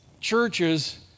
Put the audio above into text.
Churches